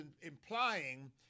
implying